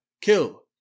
Kill